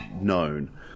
known